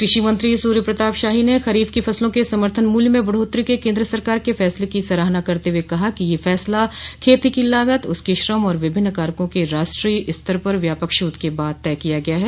कृषि मंत्री सूर्य प्रताप शाही ने खरीफ की फसलों के समर्थन मूल्य में बढ़ोत्तरी के केन्द्र सरकार के फैसले की सराहना करते हुए कहा है कि यह फैसला खेती की लागत उसके श्रम और विभिन्न कारकों के राष्ट्रीय स्तर पर व्यापक शोध के बाद तय किया गया है